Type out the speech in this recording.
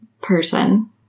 person